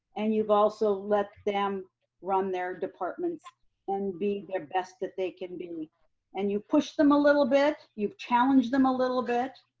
and you've also let them run their departments and be their best that they can be and you push them a little bit. you've challenged them a little bit,